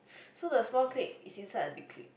so the small clip is inside the big clip